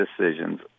decisions